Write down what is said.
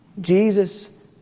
Jesus